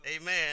Amen